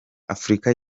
afurika